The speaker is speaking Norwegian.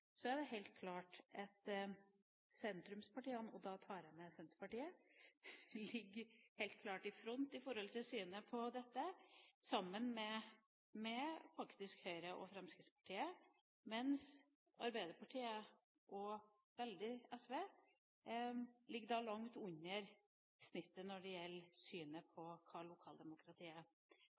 sentrumspartiene, og da tar jeg med Senterpartiet, ligger helt klart i front når det gjelder synet på dette, faktisk sammen med Høyre og Fremskrittspartiet, mens Arbeiderpartiet og særlig SV ligger langt under snittet når det gjelder synet på hva lokaldemokratiet kan bidra med. Så vi legger ulikt innhold i det når vi her sier at vi er